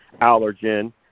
allergen